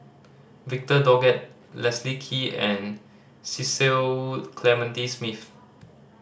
Victor Doggett Leslie Kee and Cecil Clementi Smith